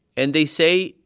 and they say,